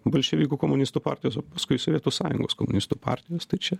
bolševikų komunistų partijos o paskui sovietų sąjungos komunistų partijos tai čia